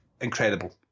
Incredible